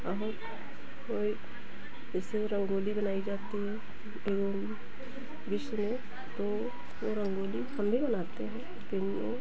बहुत जो है उसकी रंगोली बनाई जाती है ये विश्व में तो ये रंगोली हम भी बनाते हैं हम भी